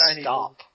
stop